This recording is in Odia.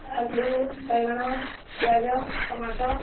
ଆଳୁ ବାଇଗଣ ପିଆଜ ଟମାଟ